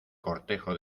cortejo